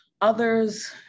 Others